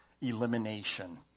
elimination